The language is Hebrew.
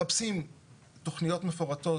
מחפשים תכניות מפורטות,